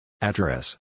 Address